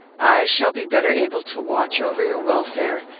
i shall be better able to watch over your welfare,